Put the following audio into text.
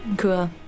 Cool